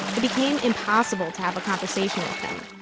it became impossible to have a conversation with him.